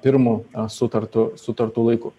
pirmu sutartu sutartu laiku